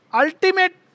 ultimate